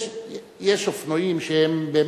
יש אופנועים שהם באמת,